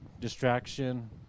distraction